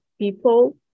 people